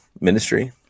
ministry